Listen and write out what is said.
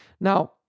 Now